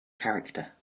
character